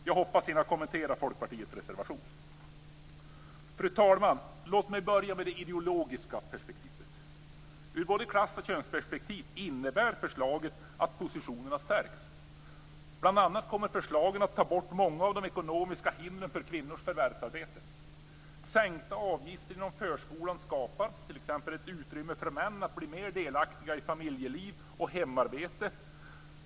Jag hoppas att jag hinner kommentera Folkpartiets reservation. Fru talman! Låt mig börja med det ideologiska perspektivet. Ur både ett klass och ett könsperspektiv innebär förslagen att positionerna stärks. Bl.a. kommer förslagen att ta bort många av de ekonomiska hindren för kvinnors förvärvsarbete. Sänkta avgifter inom förskolan skapar t.ex. utrymme för män att bli mer delaktiga i familjeliv och hemarbete.